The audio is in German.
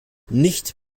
nicht